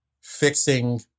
fixing